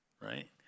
right